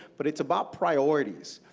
but it's about priorities.